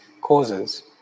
causes